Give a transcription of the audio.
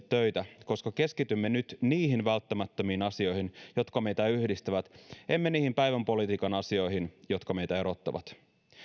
töitä koska keskitymme nyt niihin välttämättömiin asioihin jotka meitä yhdistävät emme niihin päivänpolitiikan asioihin jotka meitä erottavat